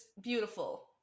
beautiful